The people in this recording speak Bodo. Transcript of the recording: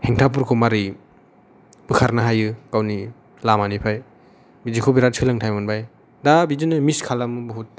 हेंथाफोरखौ मारै बोखारनो हायो गावनि लामानिफ्राय बिदिखौ बिराद सोलोंथाय मोनबाय दा बिदिनो मिस खालामो बहुत